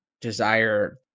desire